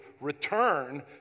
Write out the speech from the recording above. return